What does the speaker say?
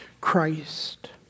Christ